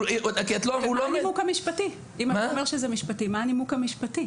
אם אתה אומר שזה משפטי, מה הנימוק המשפטי?